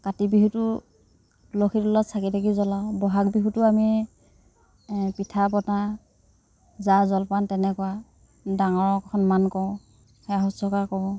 কাতি বিহুটো তুলসী তলত চাকি তাকি জ্বলাওঁ ব'হাগ বিহুতো আমি এ পিঠা পনা জা জলপান তেনেকুৱা ডাঙৰক সন্মান কৰোঁ সেৱা শুশ্ৰূষা কৰোঁ